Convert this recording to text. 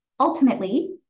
Ultimately